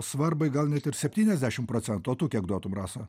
svarbai gal net ir septyniasdešim procentų o tu kiek duotum rasa